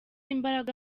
imbaraga